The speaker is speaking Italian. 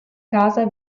casa